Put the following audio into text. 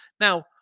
Now